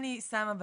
שמה בצד.